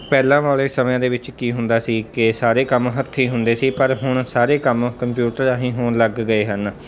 ਪਹਿਲਾਂ ਵਾਲੇ ਸਮਿਆਂ ਦੇ ਵਿੱਚ ਕੀ ਹੁੰਦਾ ਸੀ ਕਿ ਸਾਰੇ ਕੰਮ ਹੱਥੀਂ ਹੁੰਦੇ ਸੀ ਪਰ ਹੁਣ ਸਾਰੇ ਕੰਮ ਕੰਪਿਊਟਰ ਰਾਹੀਂ ਹੋਣ ਲੱਗ ਗਏ ਹਨ